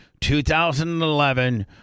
2011